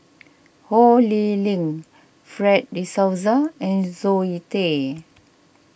Ho Lee Ling Fred De Souza and Zoe Tay